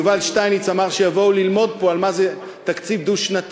יובל שטייניץ אמר שיבואו ללמוד פה על מה זה תקציב דו-שנתי,